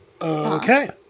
Okay